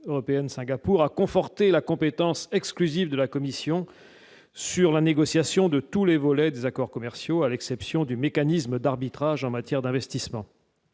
européenne, Singapour a conforté la compétence exclusive de la Commission sur la négociation de tous les volets des accords commerciaux, à l'exception du mécanisme d'arbitrage en matière d'investissement.